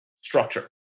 structure